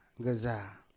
gaza